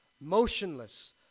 motionless